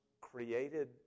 created